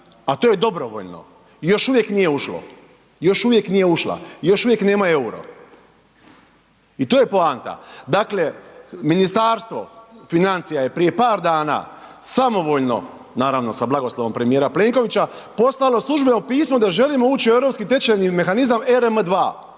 a to je dobrovoljno i još uvijek nije ušlo, još uvijek nije ušla i još uvijek nema euro. I to je poanta. Dakle Ministarstvo financija je prije par dana samovoljno, naravno sa blagoslovom premijera Plenkovića poslalo službeno pismo da želimo ući u europski tečajni mehanizam ERM2